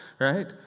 right